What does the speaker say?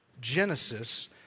Genesis